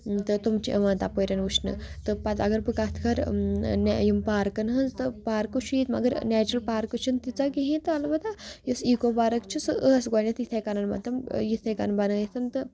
تہٕ تِم چھِ یِوان تَپٲرۍ وٕچھنہٕ تہٕ پَتہٕ اگر بہٕ کَتھ کَرٕ یِم پارکَن ہنٛز تہٕ پارکہٕ چھِ ییٚتہِ مگر نیچرَل پارکہٕ چھَنہٕ تیٖژاہ کِہیٖنۍ تہٕ البتہ یۄس ایٖکو پارک چھِ سُہ ٲس گۄڈنٮ۪تھ یِتھَے کَنَن مطلب یِتھَے کَن بَنٲیِتھ تہٕ